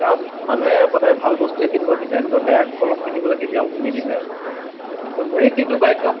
কাৰণ মানুহে সদায় ভাল বস্তুৱে কিনিব বিচাৰে এনেকুৱা বেয়া কলম কিনিব'লে কেতিয়াও নিবিচাৰে মোৰে কি দুৰ্ভাগ্য